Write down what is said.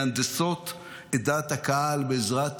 מהנדסות את דעת הקהל בעזרת